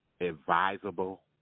advisable